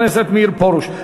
הכנסת מאיר פרוש.